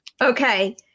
Okay